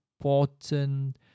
important